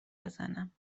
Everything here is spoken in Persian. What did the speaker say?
بزنم